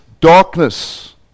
darkness